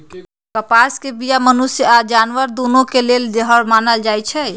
कपास के बीया मनुष्य आऽ जानवर दुन्नों के लेल जहर मानल जाई छै